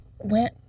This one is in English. went